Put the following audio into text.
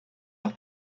auch